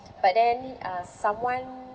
but then uh someone